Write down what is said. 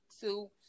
two